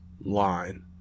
line